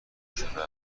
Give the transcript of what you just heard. شده